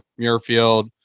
Muirfield